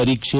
ಪರೀಕ್ಷೆ